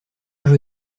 jeu